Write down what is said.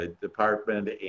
department